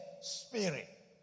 spirit